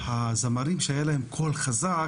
הזמרים שהיה להם קול חזק,